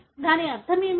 దాని అర్థం ఏమిటి